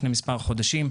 לפני מספר חודשים,